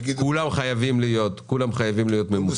כולם חייבים להיות ממוסים